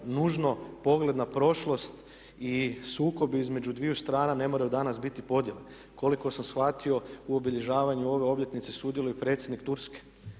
pogled na prošlost i sukob između dviju strana ne moraju danas biti podjele. Koliko sam shvatio u obilježavanju ove obljetnice sudjeluje i predsjednik Turske.